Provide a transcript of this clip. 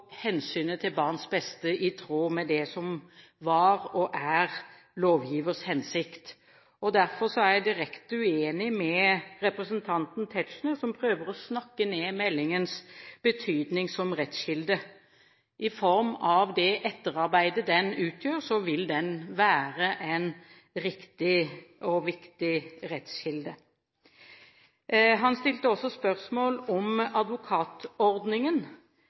hensynet til barns beste, i tråd med det som var og er lovgivers hensikt. Derfor er jeg direkte uenig med representanten Tetzschner, som prøver å snakke ned meldingens betydning som rettskilde. I form av det etterarbeidet den utgjør, vil den være en riktig og viktig rettskilde. Han stilte også spørsmål om advokatordningen,